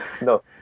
No